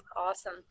awesome